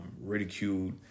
ridiculed